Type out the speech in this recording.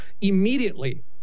immediately